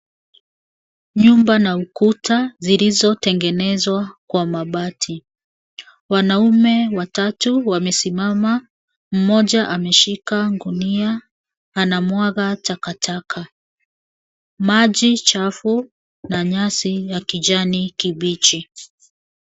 Nyumba na ukuta zilizotengenezwa kwa mabati. Wanaume watatu wamesimama, mmoja ameshika gunia anamwaga takataka. Maji chafu na nyasi ya kijani kibichi.